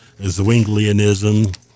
Zwinglianism